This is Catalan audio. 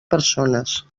persones